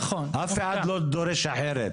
אף אחד לא דורש אחרת.